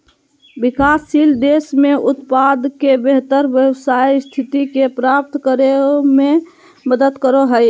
विकासशील देश में उत्पाद के बेहतर व्यापार स्थिति के प्राप्त करो में मदद करो हइ